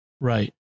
Right